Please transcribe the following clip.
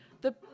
The-